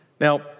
Now